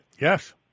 Yes